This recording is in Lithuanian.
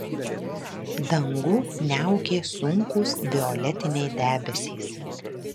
dangų niaukė sunkūs violetiniai debesys